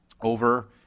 over